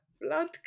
blood